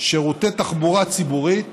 שירותי תחבורה ציבורית